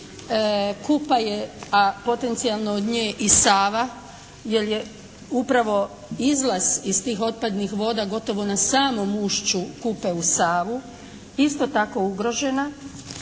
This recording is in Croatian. Kupa je, a potencijalno od nje i Sava jer je upravo izlaz iz tih otpadnih voda gotovo na samom ušću Kupe u Savu isto tako ugrožena.